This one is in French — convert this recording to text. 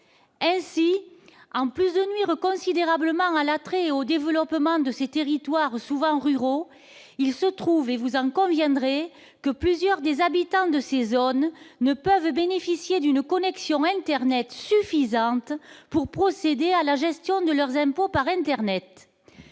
Ainsi, en plus de nuire considérablement à l'attrait et au développement de ces territoires souvent ruraux, il se trouve- vous en conviendrez -que plusieurs des habitants de ces zones ne peuvent bénéficier d'une connexion suffisante pour procéder à la gestion de leurs impôts par internet.